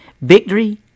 Victory